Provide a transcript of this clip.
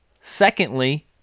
Secondly